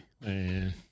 man